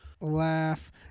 Laugh